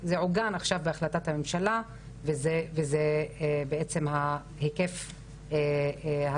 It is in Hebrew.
זה עוגן עכשיו בהחלטת הממשלה וזה ההיקף התקציבי.